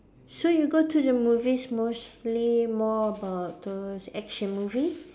so you go to the movies mostly more about those action movie